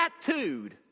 tattooed